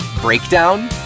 breakdown